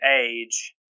age